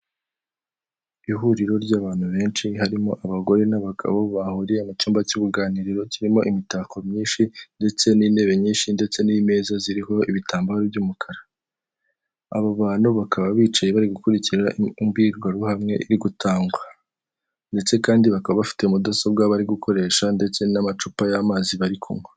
Ihuriro ry'abantu benshi harimo abagore n'abagabo, bahuriye mu cyumba cy'uruganiriro, kirimo imitako myinshi ndetse n'intebe nyinshi, ndetse n' imeza ziriho ibitambaro by'umukara. Abo bantu bakaba bicaye bari gukurikira imbwirwaruhame iri gutangwa, ndetse kandi bakaba bafite mudasobwa bari gukoresha ndetse n'amacupa y'amazi bari kunywa.